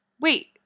Wait